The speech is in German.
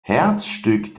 herzstück